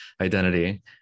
identity